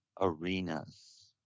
arenas